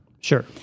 Sure